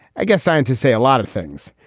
i guess scientists say a lot of things,